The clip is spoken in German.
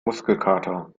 muskelkater